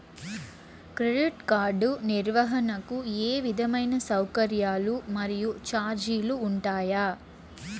Credit card నిర్వహణకు ఏ విధమైన సౌకర్యాలు మరియు చార్జీలు ఉంటాయా?